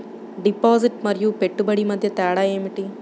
Deposit మరియు పెట్టుబడి మధ్య తేడా ఏమిటి?